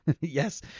Yes